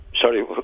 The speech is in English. Sorry